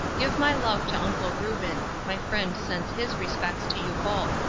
give my love to uncle reuben. my friend sends his respects to you both.